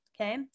okay